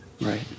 Right